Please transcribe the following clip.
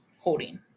holding